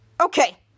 okay